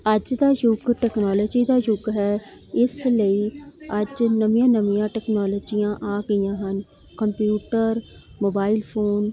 ਅੱਜ ਦਾ ਯੁੱਗ ਟਕਨੋਲਜੀ ਦਾ ਯੁੱਗ ਹੈ ਇਸ ਲਈ ਅੱਜ ਨਵੀਆਂ ਨਵੀਆਂ ਟਕਨੋਲਜੀਆਂ ਆ ਗਈਆਂ ਹਨ ਕੰਪਿਊਟਰ ਮੋਬਾਈਲ ਫੋਨ